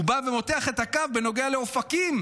הוא בא ומותח את הקו בנוגע לאופקים.